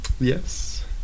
Yes